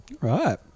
Right